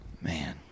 man